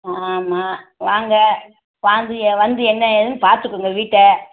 ஆமாம் வாங்க வந்து வந்து என்ன ஏதுன்னு பார்த்துக்குங்க வீட்டை